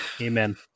amen